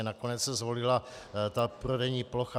Nakonec se zvolila prodejní plocha.